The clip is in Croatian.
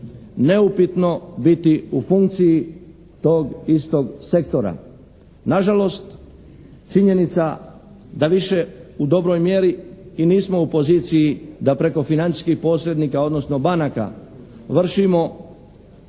neupitno biti u funkciji tog istog sektora. Na žalost činjenica da više u dobroj mjeri i nismo u poziciji da preko financijskih posrednika, odnosno banaka vršimo